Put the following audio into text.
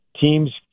teams